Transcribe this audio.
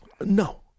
No